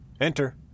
Enter